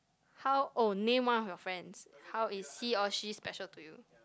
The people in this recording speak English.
how oh name one of your friends how is he or she special to you